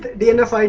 the end of like